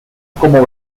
como